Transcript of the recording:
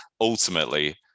ultimately